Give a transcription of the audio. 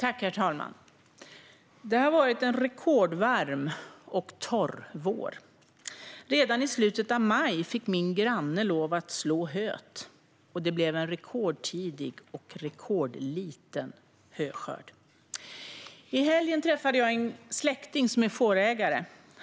Herr talman! Det har varit en rekordvarm och torr vår. Redan i slutet av maj fick min granne lov att slå höet. Det blev en rekordtidig, och rekordliten, höskörd. I helgen träffade jag en släkting som är fårägare.